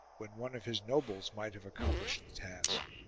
when one of his nobles might have accom plished the task,